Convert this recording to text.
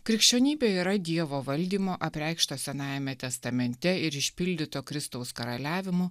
krikščionybė yra dievo valdymo apreikšto senajame testamente ir išpildyto kristaus karaliavimu